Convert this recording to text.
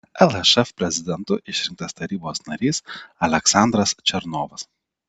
lšf prezidentu išrinktas tarybos narys aleksandras černovas